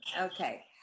Okay